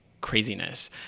craziness